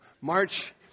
March